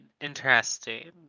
interesting